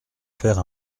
faire